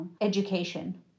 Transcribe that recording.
education